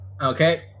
Okay